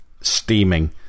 steaming